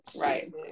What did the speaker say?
right